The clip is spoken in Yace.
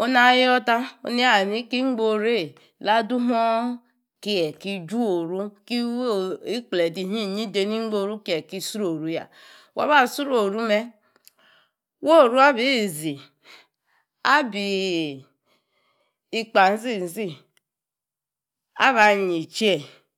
Onu na yoor ta neyi aha niki ingboruei yi la di moo- kei ki juo’ ru ki wii ikpledei inyiyi dei ni ingboru ke sroru ya. waba sroorol me'wa wo, oru abi zi. wa bii ikpanzizi aba yi ki ye